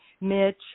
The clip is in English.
Mitch